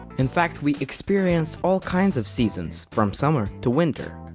in fact, we experience all kinds of seasons, from summer to winter.